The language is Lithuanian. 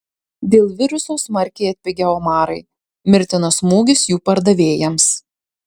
dėl viruso smarkiai atpigę omarai mirtinas smūgis jų pardavėjams